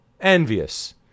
envious